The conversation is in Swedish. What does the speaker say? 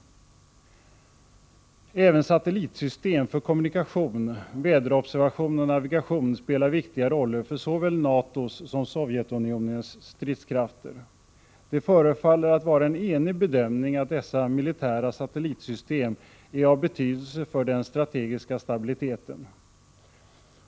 Även satellitsystem för kommunikation, väderobservation och navigation spelar viktiga rollet för såväl NATO:s som Sovjetunionens stridskrafter. Det förefaller att vara en enig bedömning att dessa militära satellitsystem är av betydelse för den strategiska stabiliteten.